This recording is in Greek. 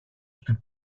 στην